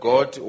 God